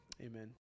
Amen